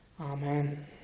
Amen